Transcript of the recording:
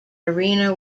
arena